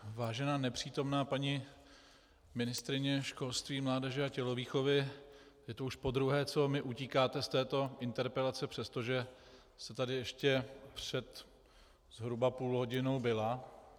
Vážená nepřítomná paní ministryně školství, mládeže a tělovýchovy, je to už podruhé, co mi utíkáte z této interpelace, přestože jste tady ještě před zhruba půl hodinou byla.